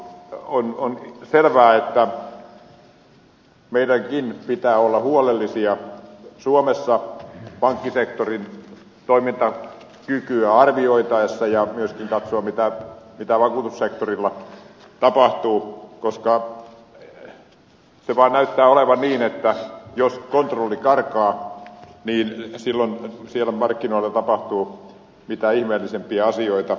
on selvää että meidänkin pitää olla huolellisia suomessa pankkisektorin toimintakykyä arvioitaessa ja myöskin katsoa mitä vakuutussektorilla tapahtuu koska se vaan näyttää olevan niin että jos kontrolli karkaa silloin siellä markkinoilla tapahtuu mitä ihmeellisimpiä asioita